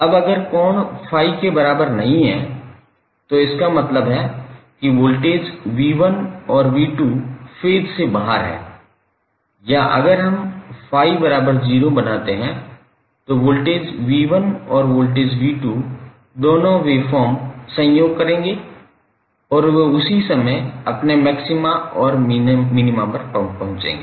अब अगर कोण ∅ के बराबर नहीं है तो इसका मतलब है कि वोल्टेज v1 और v2 फेज से बाहर हैं या अगर हम ∅ बराबर 0 बनाते हैं तो वोल्टेज v1 और वोल्टेज v2 दोनों वेवफॉर्म संयोग करेंगे और वे उसी समय अपने मैक्सिमा और मिनिमा पर पहुंचेंगे